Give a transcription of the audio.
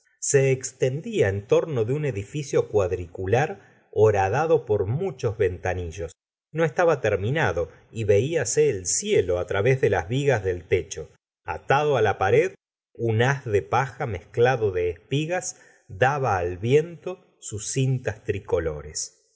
se extendía en torno de un edificio cuadricular horadado por muchos ventanillos no estaba terminado y velase el cielo través de las vigas del techo atado la pared un haz de paja mezclado de espigas daba al viento sus cintas tricolores